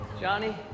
Johnny